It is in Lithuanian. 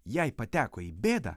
jei pateko į bėdą